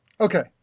okay